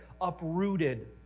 uprooted